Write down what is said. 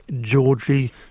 Georgie